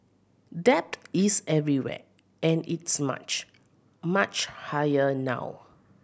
debt is everywhere and it's much much higher now